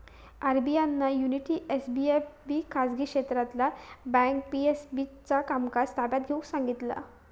RBI ना Unity SFB खाजगी क्षेत्रातला बँक पी.एम.सी चा कामकाज ताब्यात घेऊन सांगितला